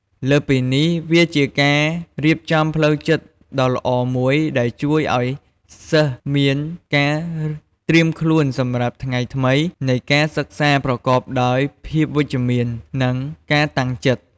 លើសពីនេះ វាជាការរៀបចំផ្លូវចិត្តដ៏ល្អមួយដែលជួយឱ្យសិស្សមាន ការត្រៀមខ្លួនសម្រាប់ថ្ងៃថ្មី នៃការសិក្សាប្រកបដោយភាពវិជ្ជមាន និងការតាំងចិត្ត។